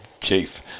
chief